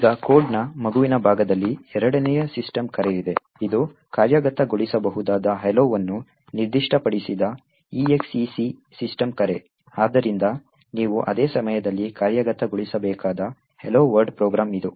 ಈಗ ಕೋಡ್ನ ಮಗುವಿನ ಭಾಗದಲ್ಲಿ ಎರಡನೇ ಸಿಸ್ಟಮ್ ಕರೆ ಇದೆ ಅದು ಕಾರ್ಯಗತಗೊಳಿಸಬಹುದಾದ hello ವನ್ನು ನಿರ್ದಿಷ್ಟಪಡಿಸಿದ exec ಸಿಸ್ಟಮ್ ಕರೆ ಆದ್ದರಿಂದ ನೀವು ಅದೇ ಸಮಯದಲ್ಲಿ ಕಾರ್ಯಗತಗೊಳಿಸಬೇಕಾದ ಹಲೋ ವರ್ಲ್ಡ್ ಪ್ರೋಗ್ರಾಂ ಇದು